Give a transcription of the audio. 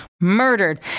murdered